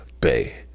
Bay